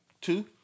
Two